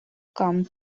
come